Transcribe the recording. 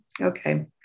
okay